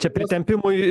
čia pritempimui